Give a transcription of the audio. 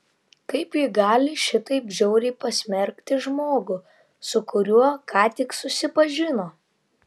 kaip ji gali šitaip žiauriai pasmerkti žmogų su kuriuo ką tik susipažino